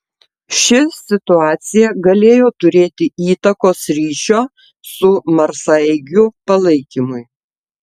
ši situacija galėjo turėti įtakos ryšio su marsaeigiu palaikymui